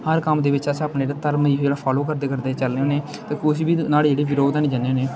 हर कम्म दे बिच्च अस अपने जेह्ड़े धरम गी जेह्ड़ा फालो करदे करदे चलने होन्ने ते कुछ बी नुहाड़े जेह्ड़े बरोध हैन्नी जन्ने होन्ने